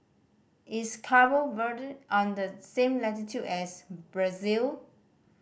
is Cabo Verde on the same latitude as Brazil